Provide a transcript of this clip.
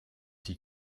die